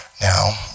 now